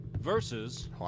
versus